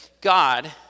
God